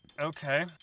Okay